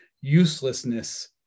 uselessness